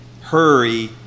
Hurry